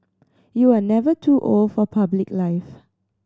you are never too old for public life